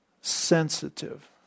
sensitive